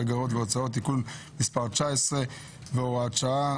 אגרות והוצאות (תיקון מס' 19 והוראת שעה),